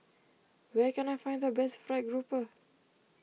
where can I find the best Fried Grouper